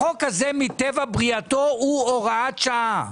החוק הזה, מטבע בריאתו, הוא הוראת שעה.